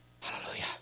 Hallelujah